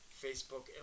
Facebook